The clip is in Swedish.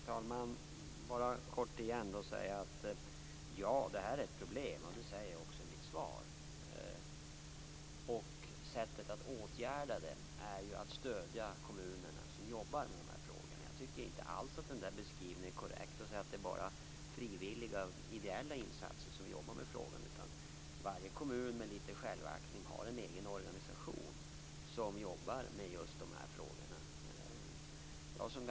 Herr talman! Ja, detta är ett problem, och det säger jag också i mitt svar. Sättet att åtgärda problemet är ju att stödja de kommuner som jobbar med dessa frågor. Jag tycker inte alls att det är korrekt att beskriva det som att det bara är frivilliga och ideella krafter som jobbar med frågan. Varje kommun med självaktning har en egen organisation som jobbar med just dessa frågor.